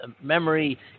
memory